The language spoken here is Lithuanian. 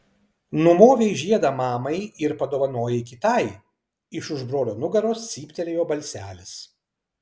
numovei žiedą mamai ir padovanojai kitai iš už brolio nugaros cyptelėjo balselis